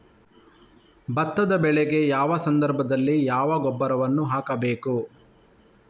ಭತ್ತದ ಬೆಳೆಗೆ ಯಾವ ಸಂದರ್ಭದಲ್ಲಿ ಯಾವ ಗೊಬ್ಬರವನ್ನು ಹಾಕಬೇಕು?